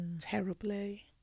terribly